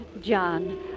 John